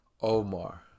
Omar